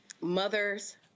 mothers